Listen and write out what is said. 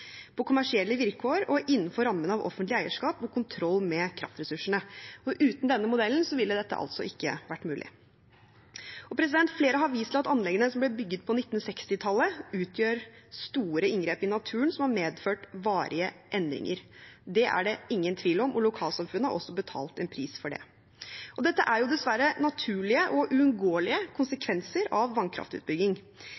på kommersielle vilkår og innenfor rammene av offentlig eierskap og kontroll med kraftressursene». Uten denne modellen ville dette altså ikke vært mulig. Flere har vist til at anleggene som ble bygd på 1960-tallet, utgjør store inngrep i naturen, noe som har medført varige endringer. Det er det ingen tvil om, og lokalsamfunnet har også betalt en pris for det. Dette er jo dessverre naturlige og